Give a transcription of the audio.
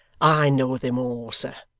i know them all, sir,